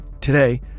Today